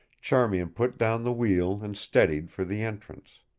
charmian put down the wheel and steadied for the entrance.